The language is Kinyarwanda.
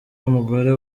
umugore